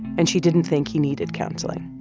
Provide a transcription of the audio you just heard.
and she didn't think he needed counseling